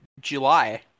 July